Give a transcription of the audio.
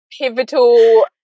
pivotal